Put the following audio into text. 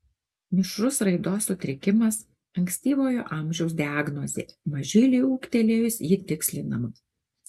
mišrus raidos sutrikimas ankstyvojo amžiaus diagnozė mažyliui ūgtelėjus ji tikslinama